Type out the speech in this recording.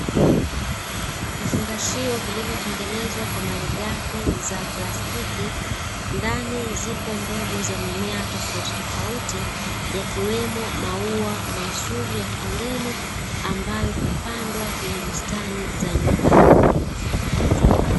Vifungashio vilivyotengenezwa kwa malighafi za plastiki, ndani zipo mbegu za mimea tofauti tofauti yakiwemo maua mazuri ya kondeni ambayo hupandwa kwenye bustani za nyumbani.